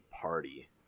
party